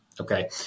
okay